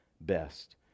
best